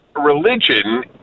religion